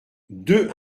deux